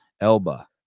elba